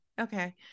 Okay